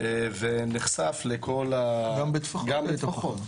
וגם בטפחות.